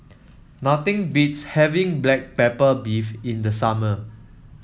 nothing beats having Black Pepper Beef in the summer